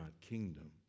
kingdom